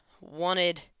wanted